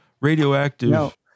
radioactive